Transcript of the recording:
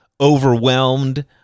overwhelmed